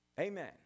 Amen